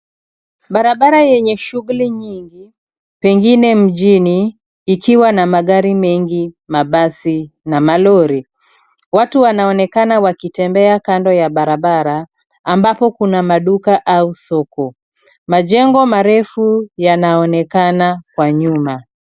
Barabara yenye shughuli nyingi pengine mjini ikiwa na magari mengi, mabasi na malori. Watu wanaonekana wakitembe kando ya barabara ambapo kuna maduka au soko. Majengo marefu yanaonekana kwa nyuma.